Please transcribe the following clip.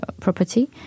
property